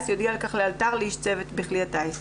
יודיע על כך לאלתר לאיש צוות בכלי הטיס.